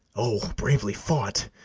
o, bravely fought!